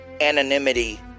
anonymity